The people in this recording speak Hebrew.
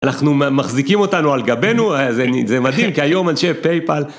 אנחנו מחזיקים אותנו על גבנו, זה מדהים כי היום אנשי פייפל...